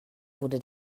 wurde